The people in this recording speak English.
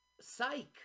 psych